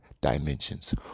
dimensions